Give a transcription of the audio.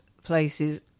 places